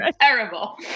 terrible